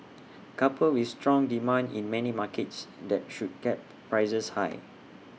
coupled with strong demand in many markets that should kept prices high